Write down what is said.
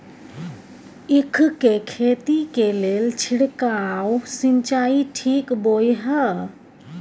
ईख के खेती के लेल छिरकाव सिंचाई ठीक बोय ह?